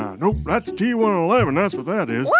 nope, that's t one eleven, that's what that is